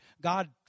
God